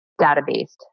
database